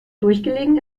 durchgelegen